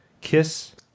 Kiss